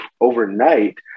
overnight